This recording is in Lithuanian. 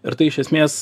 ir tai iš esmės